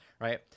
right